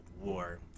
War